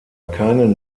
keine